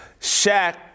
Shaq